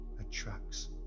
attracts